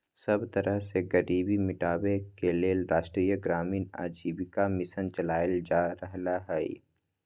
सब तरह से गरीबी मिटाबे के लेल राष्ट्रीय ग्रामीण आजीविका मिशन चलाएल जा रहलई ह